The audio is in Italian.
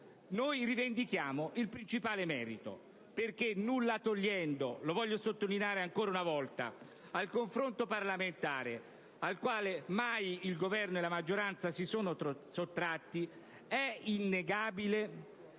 noi rivendichiamo il principale merito. Infatti, nulla togliendo - lo voglio sottolineare ancora una volta - al confronto parlamentare, al quale mai il Governo e la maggioranza si sono sottratti, è innegabile